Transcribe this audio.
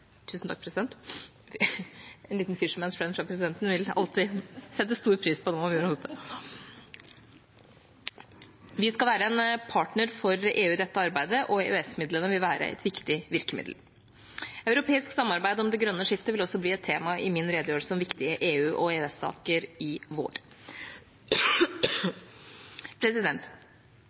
Vi skal være en partner for EU i dette arbeidet, og EØS-midlene vil være et viktig virkemiddel. Europeisk samarbeid om det grønne skiftet vil også bli et tema i min redegjørelse om viktige EU- og EØS-saker i vår. Etter president